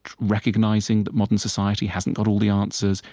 recognizing that modern society hasn't got all the answers,